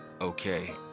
okay